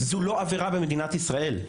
זו לא עבירה במדינת ישראל.